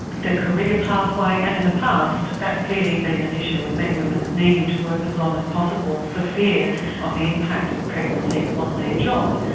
career pathway and in the past that's clearly been an issue with many women needing to work as long as possible for fear of the impact of a pregnancy on their job.